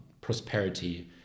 prosperity